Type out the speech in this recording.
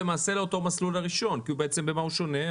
לגבי המסלולים השני.